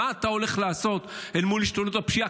מה אתה הולך לעשות אל מול השתוללות הפשיעה?